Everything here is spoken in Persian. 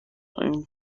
این